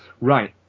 right